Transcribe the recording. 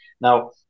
Now